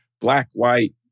black-white